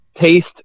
taste